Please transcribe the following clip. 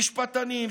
משפטנים,